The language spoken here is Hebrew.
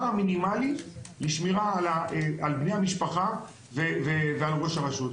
המינימלי לשמירה על בני המשפחה ועל ראש הרשות.